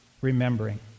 remembering